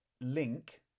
link